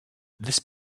this